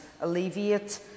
alleviate